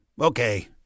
Okay